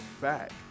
back